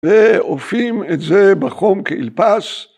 ואופים את זה בחום כאלפס.